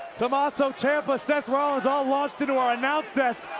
tommaso ciampa, seth rollins, all launched into our announce desk.